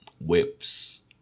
whips